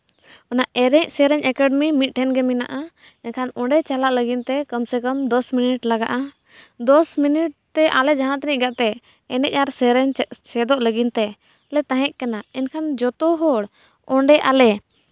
ᱚᱱᱟ ᱮᱱᱮᱡ ᱥᱮᱨᱮᱧ ᱮᱠᱟᱰᱮᱢᱤ ᱢᱤᱫᱴᱷᱮᱱ ᱜᱮ ᱢᱮᱱᱟᱜᱼᱟ ᱮᱱᱠᱷᱟᱱ ᱚᱸᱰᱮ ᱪᱟᱞᱟᱜ ᱞᱟᱹᱜᱤᱫᱼᱛᱮ ᱠᱚᱢ ᱥᱮ ᱠᱚᱢ ᱫᱚᱥ ᱢᱤᱱᱤᱴ ᱞᱟᱜᱟᱜᱼᱟ ᱫᱚᱥ ᱢᱤᱱᱤᱴᱛᱮ ᱟᱞᱮ ᱡᱟᱦᱟᱸ ᱛᱤᱱᱟᱹᱜ ᱜᱟᱛᱮ ᱮᱱᱮᱡ ᱟᱨ ᱥᱮᱨᱮᱧ ᱪᱮᱫᱚᱜ ᱞᱟᱹᱜᱤᱫ ᱛᱮᱞᱮ ᱛᱟᱦᱮᱸ ᱠᱟᱱᱟ ᱮᱱᱠᱷᱟᱱ ᱡᱚᱛᱚ ᱦᱚᱲ ᱚᱸᱰᱮ ᱟᱞᱮ